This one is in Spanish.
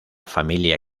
familia